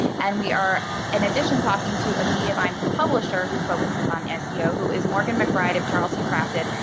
and we are, in addition, talking to a mediavine publisher who focuses on seo, who is morgan mcbride of charleston crafted.